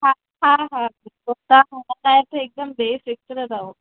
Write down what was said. हा हा तव्हांखे हिकदमि बेफिक्र रहो